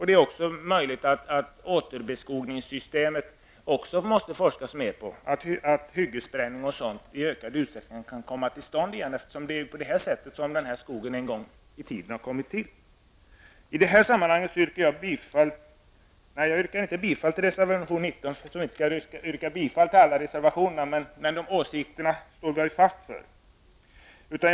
Det är också möjligt att man måste bedriva mer forskning kring återbeskogningssystemet, så att hyggesbränning o.d. i ökad utsträckning kan komma i gång igen. Det är ju så som den här skogen en gång i tiden har kommit till. Eftersom vi inte skall yrka bifall till alla reservationer avstår jag ifrån att göra det beträffande reservation 19, men jag står fast vid de åsikter som där kommer till uttryck.